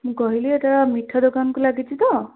ମୁଁ କହିଲି ଏଇଟା ମିଠା ଦୋକାନକୁ ଲାଗିଛି ତ